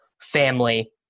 family